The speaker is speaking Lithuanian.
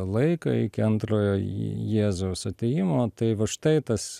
laiką iki antrojo jėzaus atėjimo tai va štai tas